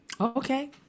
Okay